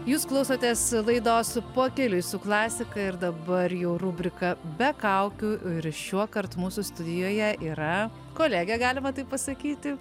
jūs klausotės laidos pakeliui su klasika ir dabar jau rubrika be kaukių ir šiuokart mūsų studijoje yra kolege galima taip pasakyti